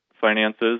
finances